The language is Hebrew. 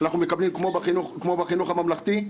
אנחנו מקבלים כמו בחינוך הממלכתי?